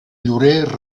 llorer